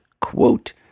quote